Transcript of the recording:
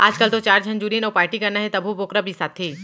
आजकाल तो चार झन जुरिन अउ पारटी करना हे तभो बोकरा बिसाथें